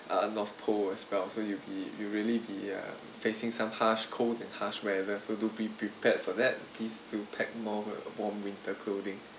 uh north pole as well so you'll be you really be uh facing some harsh cold and harsh weather so do be prepared for that please do pack more warm winter clothing